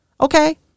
okay